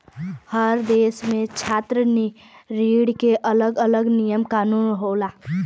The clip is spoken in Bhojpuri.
हर देस में छात्र ऋण के अलग अलग नियम कानून होला